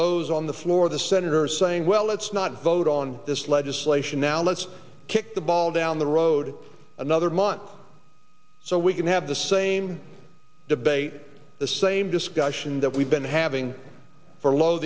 those on the floor of the senate are saying well let's not vote on this legislation now let's kick the ball down the road another month so we can have the same debate the same discussion that we've been having for lo